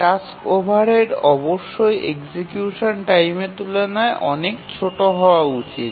task overhead অবশ্যই execution টাইমের তুলনায় অনেক ছোট হওয়া উচিত